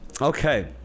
okay